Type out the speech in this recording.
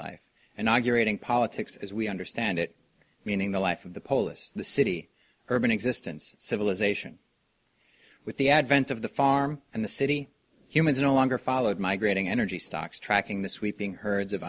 life and argue rating politics as we understand it meaning the life of the polis the city urban existence civilization with the advent of the farm and the city humans no longer followed migrating energy stocks tracking the sweeping herds of